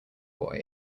boy